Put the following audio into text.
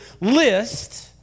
list